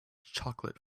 chocolate